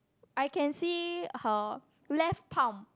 I can see her left pound